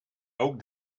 ook